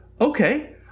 Okay